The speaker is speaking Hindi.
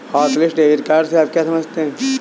हॉटलिस्ट डेबिट कार्ड से आप क्या समझते हैं?